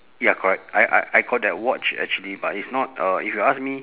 ya correct I I I got that watch actually but it's not uh if you ask me